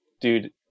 dude